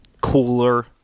cooler